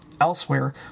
Elsewhere